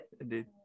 Indeed